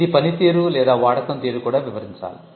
ఇది పని తీరు లేదా వాడకo తీరు కూడా వివరించాలి